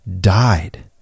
died